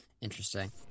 Interesting